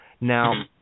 Now